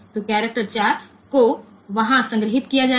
तो करैक्टर 4 को वहां संग्रहीत किया जाएगा